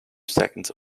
seconds